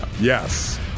yes